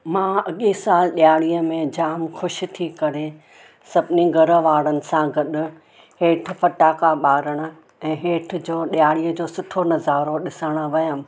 मां अॻिए साल ॾीआरीअ में जाम ख़ुशि थी करे सभिनि घर वारनि सां गॾ हेठि फ़टाका ॿारनि ऐं हेठि जो ॾीआरीअ जो सुठो नज़ारो ॾिसणु वयमि